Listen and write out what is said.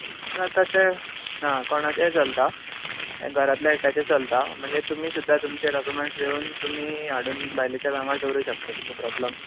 ना तशें ना कोणाचेंय चलता घरांतल्या एकट्याचें चलता म्हणजे तुमी सुद्दां तुमचे डॉक्युमेंट्स दिवन तुमी हाडून बायलेचे भांगर दवरू शकता तसो प्रोब्लम